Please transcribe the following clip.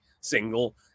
single